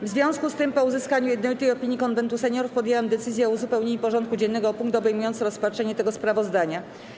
W związku z tym, po uzyskaniu jednolitej opinii Konwentu Seniorów, podjęłam decyzję o uzupełnieniu porządku dziennego o punkt obejmujący rozpatrzenie tego sprawozdania.